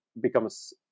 becomes